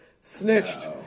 snitched